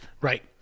Right